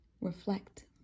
Reflect